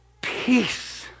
peace